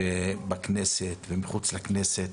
בכנסת ומחוץ לכנסת,